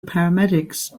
paramedics